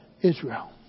Israel